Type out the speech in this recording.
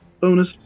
bonus